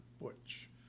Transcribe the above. butch